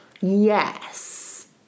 Yes